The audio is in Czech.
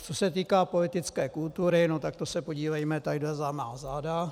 Co se týká politické kultury, no tak to se podívejme tady za má záda.